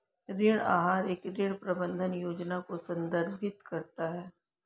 ऋण आहार एक ऋण प्रबंधन योजना को संदर्भित करता है